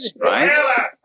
Right